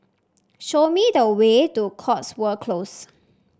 show me the way to Cotswold Close